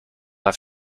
have